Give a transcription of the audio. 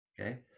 Okay